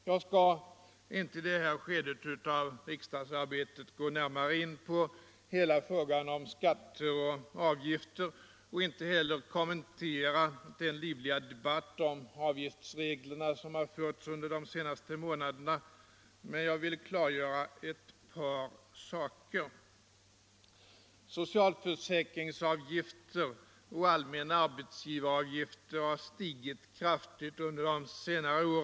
I detta skede av riksdagsarbetet skall jag inte gå närmare in på hela frågan om skatter och avgifter, och jag skall inte heller kommentera den livliga debatt om avgiftsreglerna som har förts under de senaste månaderna. Jag vill emellertid klargöra ett par saker. Socialförsäkringsavgifter och allmänna arbetsgivaravgifter har stigit kraftigt under senare år.